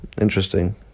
interesting